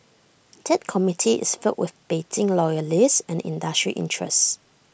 that committee is filled with Beijing loyalists and industry interests